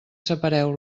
separeu